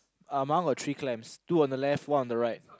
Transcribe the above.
uh my one got three clams two on the left one on the right